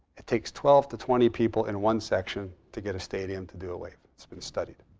it takes twelve to twenty people in one section to get a stadium to do a wave. it's been studied.